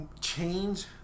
change